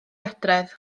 adref